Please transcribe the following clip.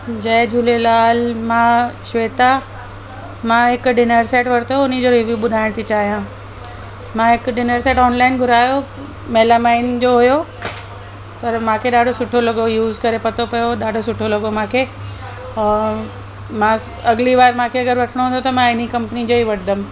जय झूलेलाल मां श्वेता मां हिकु डिनर सैट वरितो उन जो रिव्यू ॿुधाइणु थी चाहियां मां हिकु डिनर सैट ऑनलाइन घुरायो मैलामाइन जो हुयो पर मूंखे ॾाढो सुठो लॻो यूज करे पतो पियो ॾाढो सुठो लॻो मूंखे और मां अॻिली बार मूंखे अगरि रखिणो हूंदो त मां इन ई कंपनी जो ई वठंदमि